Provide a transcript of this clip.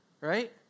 Right